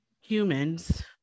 humans